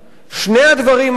שני הדברים האלה,